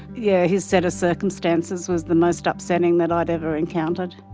yeah his set of circumstances was the most upsetting that i'd ever encountered.